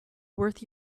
worth